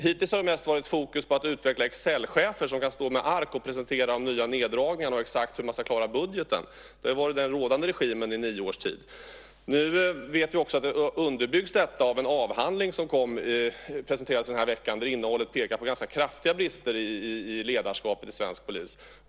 Hittills har fokus mest legat på att utveckla Excelchefer som kan stå med ark och presentera de nya neddragningarna och exakt hur man ska klara budgeten. Det har varit den rådande regimen i nio års tid. Nu vet vi också att detta underbyggs i en avhandling som presenterades denna vecka vars innehåll pekar på ganska kraftiga brister i ledarskapet inom svensk polis.